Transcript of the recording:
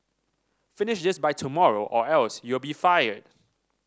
finish this by tomorrow or else you'll be fired